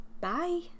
Bye